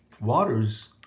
waters